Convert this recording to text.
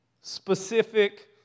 specific